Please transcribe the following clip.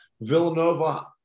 Villanova